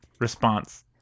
response